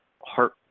heart